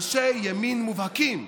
אנשי ימין מובהקים: